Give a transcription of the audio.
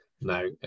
no